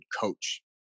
coach